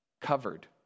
covered